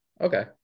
Okay